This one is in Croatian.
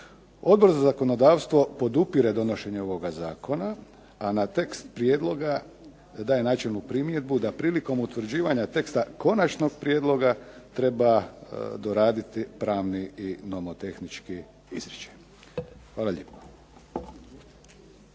Odbor za zakonodavstvo podupire donošenje ovoga zakona, a na tekst prijedloga daje načelnu primjedbu da prilikom utvrđivanja teksta konačnog prijedloga treba doraditi pravni i nomotehnički izričaj. Hvala lijepo.